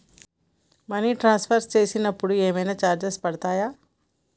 Money transfer చేసినప్పుడు ఏమైనా charges పడతయా?